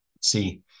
See